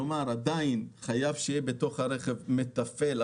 כלומר עדיין חייב שיהיה ברכב מתפעל,